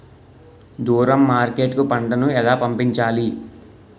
దూరం మార్కెట్ కు పంట ను ఎలా పంపించాలి?